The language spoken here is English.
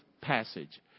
passage